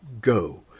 go